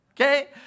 okay